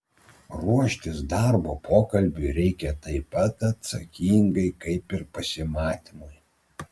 ruoštis darbo pokalbiui reikia taip pat atsakingai kaip ir pasimatymui